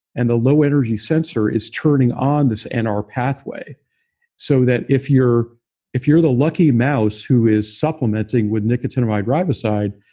and the low energy sensor is turning on this and nr pathway so that if you're if you're the lucky mouse who is supplementing with nicotinamide riboside,